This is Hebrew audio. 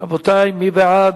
רבותי, מי בעד?